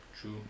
True